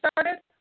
started